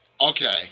Okay